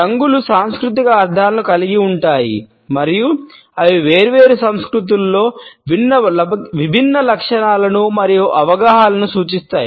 రంగులు సాంస్కృతిక అర్ధాలను కలిగి ఉంటాయి మరియు అవి వేర్వేరు సంస్కృతులలో విభిన్న లక్షణాలను మరియు అవగాహనలను సూచిస్తాయి